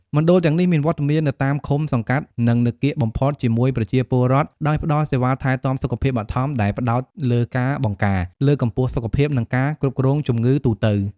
មណ្ឌលទាំងនេះមានវត្តមាននៅតាមឃុំ សង្កាត់ និងនៅកៀកបំផុតជាមួយប្រជាពលរដ្ឋ ដោយផ្តល់សេវាថែទាំសុខភាពបឋម ដែលផ្តោតលើការបង្ការ លើកកម្ពស់សុខភាព និងការគ្រប់គ្រងជំងឺទូទៅ។